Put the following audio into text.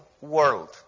world